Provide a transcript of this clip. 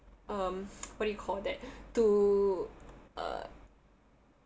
um what do you call that to uh